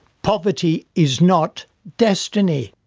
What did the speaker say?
poverty is not destiny.